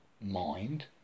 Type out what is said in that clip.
mind